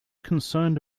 concerned